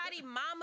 mama